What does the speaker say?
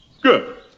Good